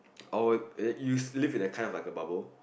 oh you sleep it kind of like a bubble